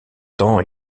temps